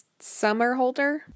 Summerholder